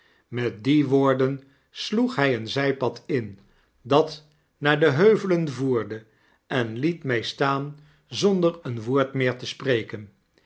met die woorden sloeg hy een zypad in dat naar de heuvelen voerde en liet my staan zonder een woord meer te spreken